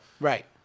Right